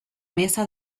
mesa